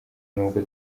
nubwo